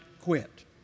quit